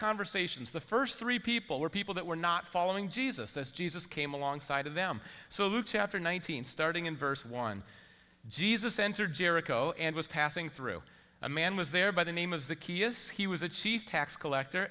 conversations the first three people were people that were not following jesus as jesus came alongside of them so luke chapter nineteen starting in verse one jesus entered jericho and was passing through a man was there by the name of the key is he was a chief tax collector